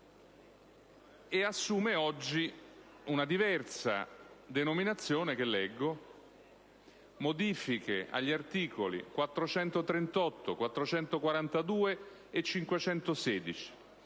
e assume oggi una diversa denominazione, che leggo: «Modifiche agli articoli 438, 442 e 516